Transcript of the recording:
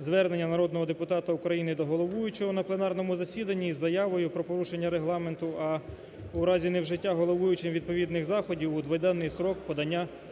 звернення народного депутата України до головуючого на пленарному засіданні з заявою про порушення Регламенту, а в разі не вжиття головуючим відповідних заходів у дводенний строк подання письмової